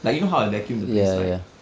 like you you know how I vacuum the place right